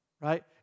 right